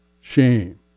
shame